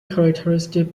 characteristic